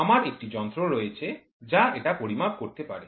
আমার একটি যন্ত্র রয়েছে যা এটা পরিমাপ করতে পারে